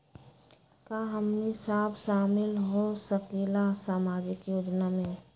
का हमनी साब शामिल होसकीला सामाजिक योजना मे?